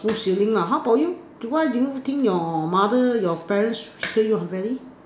ah smooth sailing lah how about you why do you think your mother your parents treated you unfairly